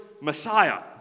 Messiah